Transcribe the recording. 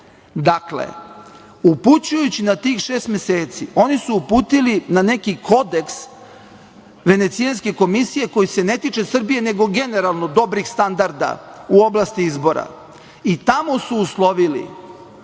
upućujući na tih šest meseci oni su uputili na neki kodeks Venecijanske komisije koji se ne tiče Srbije nego generalno dobrih standarda u oblasti izbora i tamo su uslovili